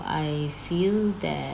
I feel that